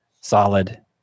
solid